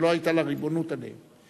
שלא היתה לה ריבונות עליהם.